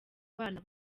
bana